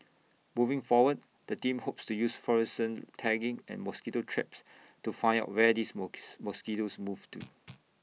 moving forward the team hopes to use fluorescent tagging and mosquito traps to find out where these mosquitoes move to